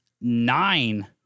nine